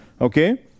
Okay